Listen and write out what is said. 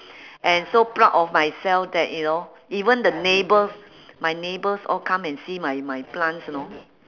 and so proud of myself that you know even the neighbours my neighbours all come and see my my plants you know